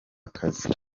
akazi